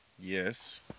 Yes